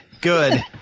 Good